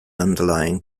underlying